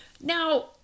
Now